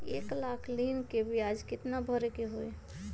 एक लाख ऋन के ब्याज केतना भरे के होई?